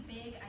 big